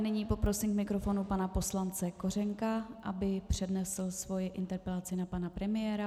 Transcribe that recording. Nyní poprosím k mikrofonu pana poslance Kořenka, aby přednesl svoji interpelaci na pana premiéra.